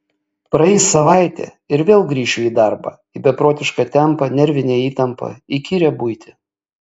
praeis savaitė ir vėl grįšiu į darbą į beprotišką tempą nervinę įtampą įkyrią buitį